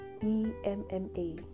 E-M-M-A